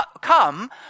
come